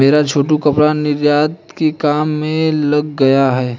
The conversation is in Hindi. मेरा छोटू कपड़ा निर्यात के काम में लग गया है